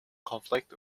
conflict